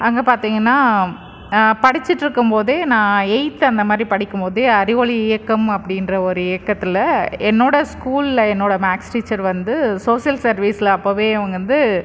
அங்கே பார்த்திங்கன்னா படிச்சிட்டுருக்கும்போதே நான் எய்த் அந்த மாதிரி படிக்கும்போது அறிவொளி இயக்கம் அப்டின்ற ஒரு இயக்கத்தில் என்னோட ஸ்கூலில் என்னோட மேக்ஸ் டீச்சர் வந்து சோஷியல் சர்வீஸில் அப்பவே அவங்க வந்து